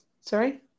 Sorry